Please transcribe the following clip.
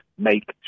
Make